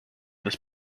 this